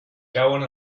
cauen